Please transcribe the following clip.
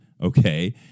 Okay